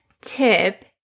tip